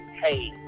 hey